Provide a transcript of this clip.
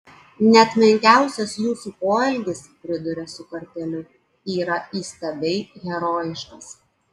net menkiausias jūsų poelgis priduria su kartėliu yra įstabiai herojiškas